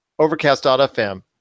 overcast.fm